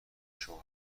شوهر